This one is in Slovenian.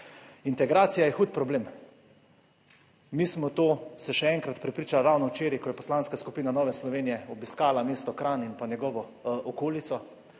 Integracija je hud problem. Mi smo to se še enkrat prepričali ravno včeraj, ko je Poslanska skupina Nove Slovenije obiskala mesto Kranj in pa njegovo okolico.